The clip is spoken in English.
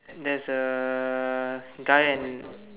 there is a guy and